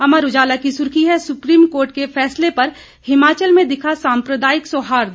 अमर उजाला की सुर्खी है सुप्रीम कोर्ट के फैसले पर हिमाचल में दिखा सांप्रदायिक सौहार्द